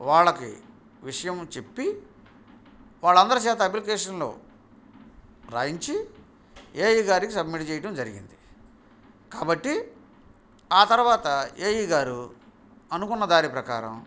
వాళ్ళకి విషయం చెప్పి వాళ్ళ అందరి చేత అప్లికేషన్లు రాయించి ఏఈ గారికి సబ్మిట్ చేయడం జరిగింది కాబట్టి ఆ తరువాత ఏఈ గారు అనుకున్న దాని ప్రకారం